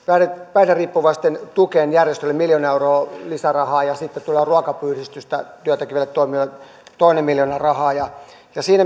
päihderiippuvaisten tukeen järjestöille miljoona euroa lisärahaa ja sitten tulee ruoka apuyhdistystyötä tekeville toimijoille toinen miljoona rahaa siinä mielessä haluan myös